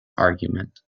argument